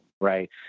right